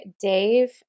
Dave